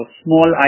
small